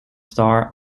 star